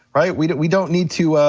right? we but we don't need to